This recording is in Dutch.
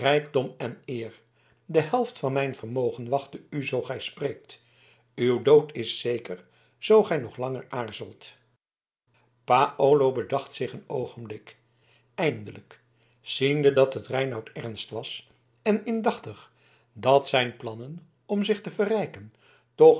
rijkdom en eer de helft van mijn vermogen wachten u zoo gij spreekt uw dood is zeker zoo gij langer aarzelt paolo bedacht zich een oogenblik eindelijk ziende dat het reinout ernst was en indachtig dat zijn plannen om zich te verrijken toch